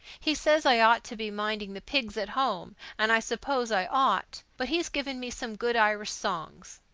he says i ought to be minding the pigs at home, and i suppose i ought. but he's given me some good irish songs.